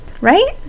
right